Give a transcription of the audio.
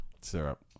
Syrup